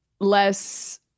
less